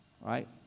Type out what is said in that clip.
right